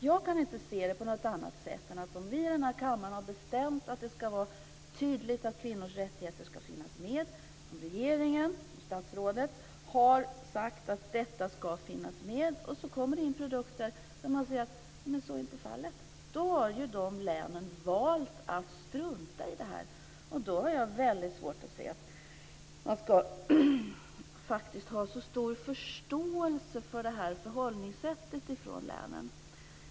Jag kan inte se det på något annat sätt än att om vi i denna kammare, regeringen och statsrådet har bestämt att kvinnors rättigheter tydligt ska finnas med och det sedan kommer in produkter där så inte är fallet, då har ju länen valt att strunta i detta. Då har jag väldigt svårt att se att man ska ha så stor förståelse för detta förhållningssätt från länen.